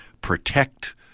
protect